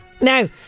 Now